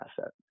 asset